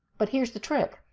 but here's the trick.